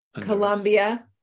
Colombia